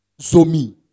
Zomi